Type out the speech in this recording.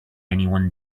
anyone